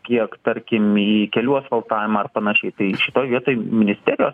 kiek tarkim į kelių asfaltavimą ar panašiai tai šitoj vietoj ministerijos